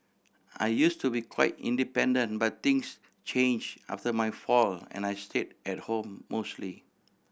I use to be quite independent but things change after my fall and I stayed at home mostly